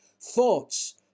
thoughts